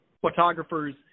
photographers